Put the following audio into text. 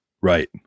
Right